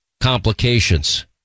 complications